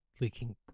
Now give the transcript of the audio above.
leaking